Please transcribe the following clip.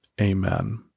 amen